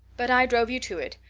but i drove you to it.